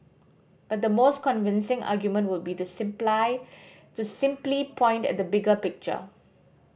but the most convincing argument would be to to simply point at the bigger picture